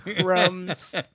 crumbs